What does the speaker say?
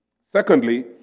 Secondly